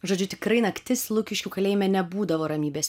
žodžiu tikrai naktis lukiškių kalėjime nebūdavo ramybės